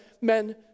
men